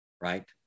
right